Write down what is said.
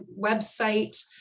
website